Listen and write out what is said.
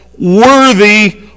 worthy